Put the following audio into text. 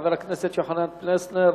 חבר הכנסת יוחנן פלסנר,